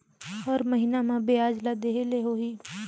हर महीना मा ब्याज ला देहे होही?